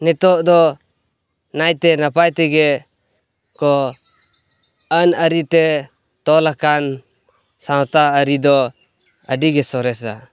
ᱱᱤᱛᱚᱜ ᱫᱚ ᱱᱟᱭᱛᱮ ᱱᱟᱯᱟᱭ ᱛᱮᱜᱮ ᱠᱚ ᱟᱹᱱ ᱟᱹᱨᱤᱛᱮ ᱛᱚᱞ ᱟᱠᱟᱱ ᱥᱟᱶᱛᱟ ᱟᱹᱨᱤᱫᱚ ᱟᱹᱰᱤᱜᱮ ᱥᱚᱨᱮᱥᱟ